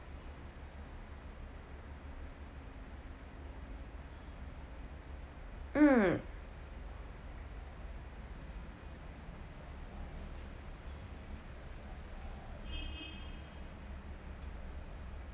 mm